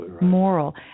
moral